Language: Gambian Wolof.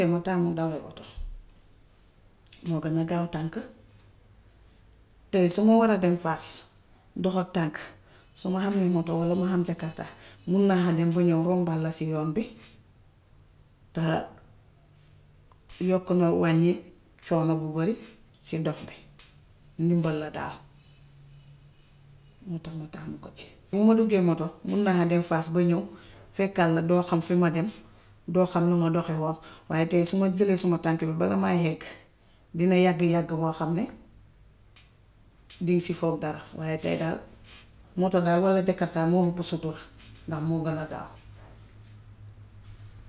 Ma taamu daawal oto, moo gën a gaaw tànk, te suma war a dem faas dox ak tànk, su ma hamee moto walla ma ham jakartaa mun nahaa dem ba ñów rombaat la si yoon bi, ta yokk na wàññi coono bu bëri si dox bi. Ndimbal daal. Moo tax ma tamu ko ci. Ni ma duggee moto, mun naa dem faas ba ñów fekkaat la doo xam fi ma dem, doo xam li ma doxihoon. Waaye tay su ma jëlee suma tànk bala maa hegg dina yàgg yàgg boo xam ne, diŋ si foog dara. Waaye tay dal, moto daal walla jakartaa moo hëpp sutura ndax moo gën a gaaw.